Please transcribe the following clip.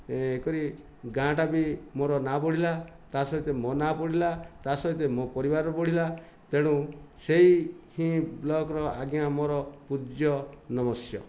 ଏ କରି ଗାଁ ଟା ବି ମୋ'ର ନା ବଢ଼ିଲା ତା ସହିତ ମୋ' ନା ବଢ଼ିଲା ତା ସହିତ ମୋ' ପରିବାର ବଢ଼ିଲା ତେଣୁ ସେଇ ହିଁ ବ୍ଲକର ଆଜ୍ଞା ଆମର ପୂଜ୍ୟ ନମସ୍ୟ